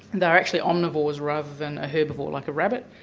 they're actually omnivores rather than a herbivore like a rabbit,